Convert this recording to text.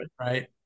Right